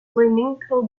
flamenco